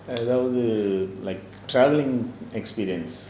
அதாவுது:athaavuthu like travelling experience